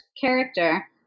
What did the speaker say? character